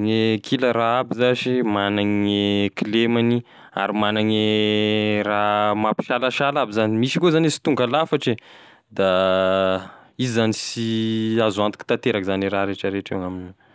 gne kila raha aby zash magnany gne kilemany ary magnany gne raha mampisalasala aby zany misy koa zany e sy tonga lafatry e, da izy zany sy azo antoky tanteraky zany e raha retraretra io gn'aminy.